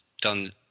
done